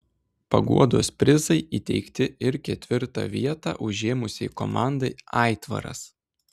paguodos prizai įteikti ir ketvirtą vietą užėmusiai komandai aitvaras